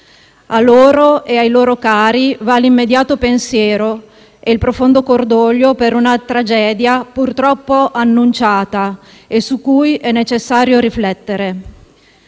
A loro e ai loro cari va l'immediato pensiero e il profondo cordoglio per una tragedia purtroppo annunciata e su cui è necessario riflettere.